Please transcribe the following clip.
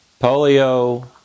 polio